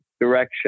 direction